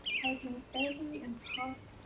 hugging every impossible